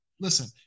listen